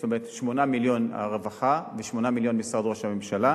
זאת אומרת 8 מיליון הרווחה ו-8 מיליון משרד ראש הממשלה,